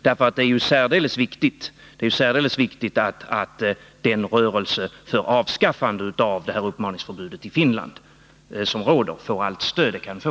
Det är särdeles viktigt att den rörelse som har uppstått i Finland för avskaffande av uppmaningsförbudet får allt stöd den kan få.